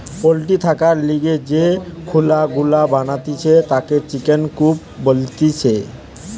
poultry থাকার লিগে যে খুলা গুলা বানাতিছে তাকে চিকেন কূপ বলতিছে